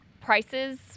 prices